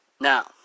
Now